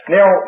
Now